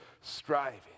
striving